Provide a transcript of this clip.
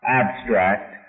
abstract